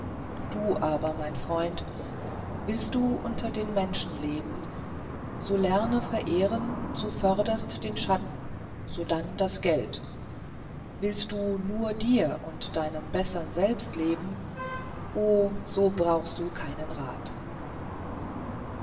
du aber mein freund willst du unter den menschen leben so lerne verehren zuvörderst den schatten sodann das geld willst du nur dir und deinem bessern selbst leben o so brauchst du keinen rat